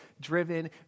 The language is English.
driven